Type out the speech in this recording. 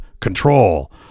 control